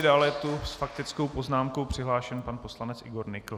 Dále je s faktickou poznámkou přihlášen pan poslanec Igor Nykl.